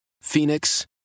Phoenix